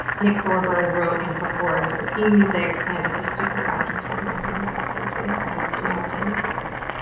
nick thorburn wrote and performed the theme music. and if you stick around until the end of the episode through the credits, you know i tell you a secret.